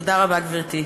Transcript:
תודה רבה, גברתי.